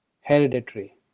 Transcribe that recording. hereditary